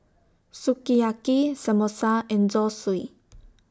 Sukiyaki Samosa and Zosui